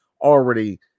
already